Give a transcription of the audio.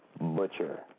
Butcher